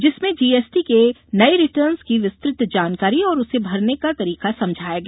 जिसमें जीएसटी के नये रिटर्न की विस्तृत जानकारी और उसे भरने का तरीका समझाया गया